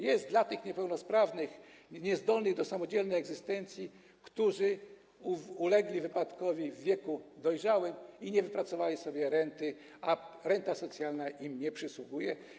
Jest dla tych niepełnosprawnych, niezdolnych do samodzielnej egzystencji, którzy ulegli wypadkowi w wieku dojrzałym i nie wypracowali sobie renty, a renta socjalna im nie przysługuje.